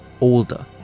older